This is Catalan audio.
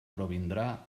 provindrà